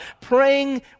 praying